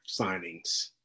signings